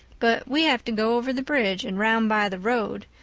but we have to go over the bridge and round by the road,